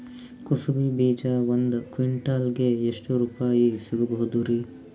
ಕುಸಬಿ ಬೀಜ ಒಂದ್ ಕ್ವಿಂಟಾಲ್ ಗೆ ಎಷ್ಟುರುಪಾಯಿ ಸಿಗಬಹುದುರೀ?